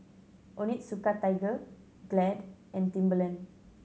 Onitsuka Tiger Glad and Timberland